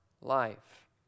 life